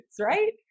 right